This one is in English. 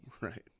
Right